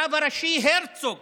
הרב הראשי הרצוג